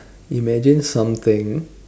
imagine something